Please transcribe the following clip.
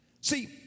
See